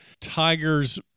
tiger's